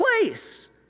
place